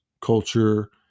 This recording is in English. culture